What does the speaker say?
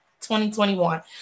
2021